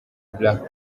black